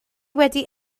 wedi